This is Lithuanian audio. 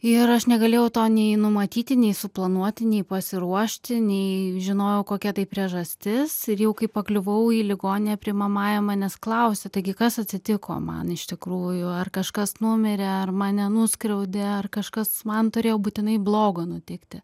ir aš negalėjau to nei numatyti nei suplanuoti nei pasiruošti nei žinojau kokia tai priežastis ir jau kai pakliuvau į ligoninę priimamajam manęs klausė taigi kas atsitiko man iš tikrųjų ar kažkas numirė ar mane nuskriaudė ar kažkas man turėjo būtinai blogo nutikti